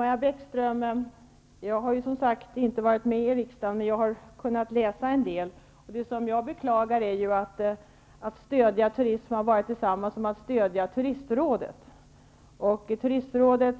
Herr talman! Jag har som sagt inte varit med i riksdagen tidigare, Maja Bäckström, men jag har kunnat läsa en del. Det jag beklagar är att att det alltid har inneburit att stödja Turistrådet när man har talat om att stödja turismen. Turistrådet